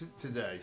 today